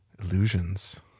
Illusions